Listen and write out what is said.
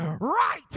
Right